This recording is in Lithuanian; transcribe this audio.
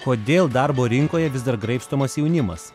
kodėl darbo rinkoje vis dar graibstomas jaunimas